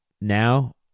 Now